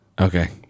Okay